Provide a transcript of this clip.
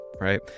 Right